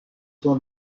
sont